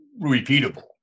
repeatable